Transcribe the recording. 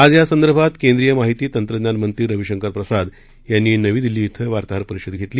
आज या संदर्भात केंद्रीय माहिती तंत्रज्ञान मंत्री रवीशंकर प्रसाद यांनी नवी दिल्ली िक वार्ताहर परिषदेत घेतली